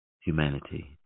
humanity